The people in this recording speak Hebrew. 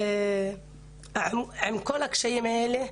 ועם כל הקשיים האלה,